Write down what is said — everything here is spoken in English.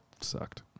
sucked